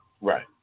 Right